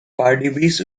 pardubice